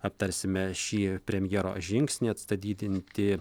aptarsime šį premjero žingsnį atstatydinti